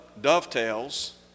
dovetails